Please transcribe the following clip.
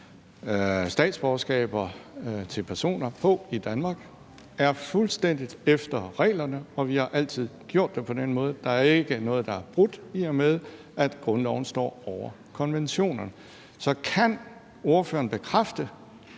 statsborgerskaber til personer på i Danmark, er fuldstændig efter reglerne, og vi har altså gjort det på den måde. Der er ikke noget, der er brudt, i og med at grundloven står over konventionerne. Så kan ordføreren bekræfte,